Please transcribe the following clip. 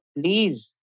please